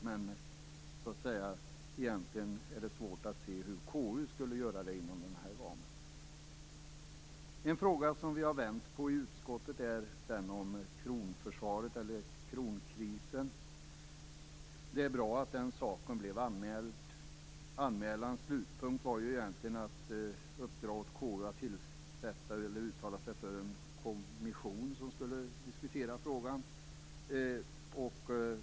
Men egentligen är det svårt att se hur KU skulle göra det inom den här ramen. En fråga som vi har vänt på i utskottet är den om kronförsvaret. Det är bra att den saken blev anmäld. Anmälans slutpunkt var egentligen att uppdra åt KU att uttala sig för en kommission som skulle diskutera frågan.